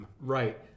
Right